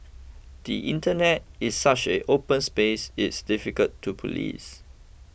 the Internet is such an open space it's difficult to police